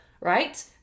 right